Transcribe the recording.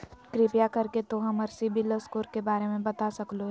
कृपया कर के तों हमर सिबिल स्कोर के बारे में बता सकलो हें?